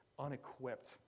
unequipped